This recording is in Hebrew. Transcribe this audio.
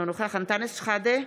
אינו נוכח אנטאנס שחאדה,